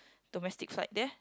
domestic flight there